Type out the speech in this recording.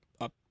up